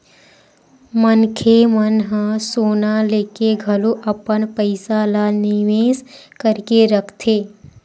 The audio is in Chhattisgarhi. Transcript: मनखे मन ह सोना लेके घलो अपन पइसा ल निवेस करके रखथे